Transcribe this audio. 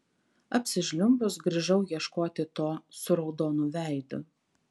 apsižliumbus grįžau ieškoti to su raudonu veidu